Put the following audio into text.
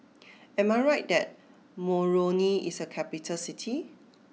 am I right that Moroni is a capital city